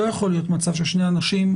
לא יכול להיות מצב ששני אנשים,